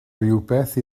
rywbeth